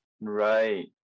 right